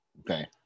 Okay